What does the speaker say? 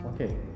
Okay